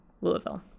Louisville